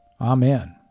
Amen